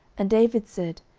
and david said,